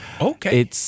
Okay